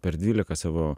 per dvylika savo